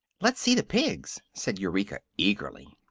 let's see the pigs, said eureka, eagerly.